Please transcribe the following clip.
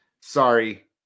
sorry